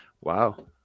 wow